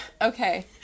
Okay